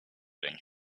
jetting